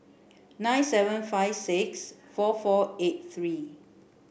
nine seven five six four four eight three